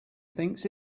thinks